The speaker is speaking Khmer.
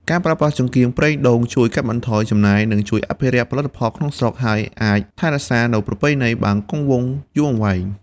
ពន្លឺបែបធម្មជាតិនេះជួយកាត់បន្ថយនៅហានីភ័យដែលមិនមានផលវិបាកចំពោះការប្រើប្រាស់និងងាយស្រួលសម្រាប់ការទុកដាក់មិនតែវាមានលក្ខណៈធន់មិនងាយខូចអាចប្រើបានយូរឆ្នាំ។